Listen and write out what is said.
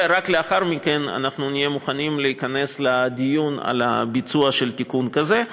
ורק לאחר מכן אנחנו נהיה מוכנים להיכנס לדיון על הביצוע של תיקון כזה.